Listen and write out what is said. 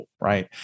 right